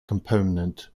component